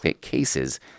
cases